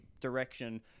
direction